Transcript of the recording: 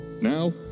Now